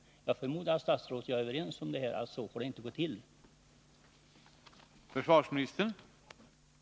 Jag förmodar att statsrådet och jag är överens om att det inte får gå till såsom här skett.